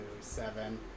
seven